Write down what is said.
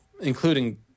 including